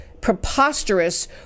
preposterous